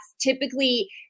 typically